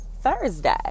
Thursday